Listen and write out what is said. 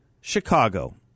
Chicago